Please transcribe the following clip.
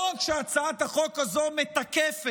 לא רק שהצעת החוק הזאת מתקפת